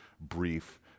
brief